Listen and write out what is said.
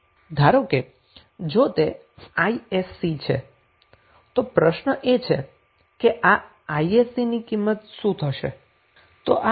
ધારો કે જો તે isc છે તો પ્રશ્ન એ છે કે આ isc ની કિંમત શું હશે